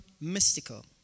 mystical